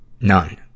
None